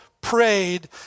prayed